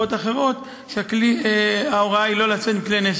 ותקופות אחרות, שההוראה היא לא לצאת עם כלי נשק.